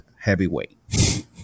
heavyweight